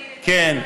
כן.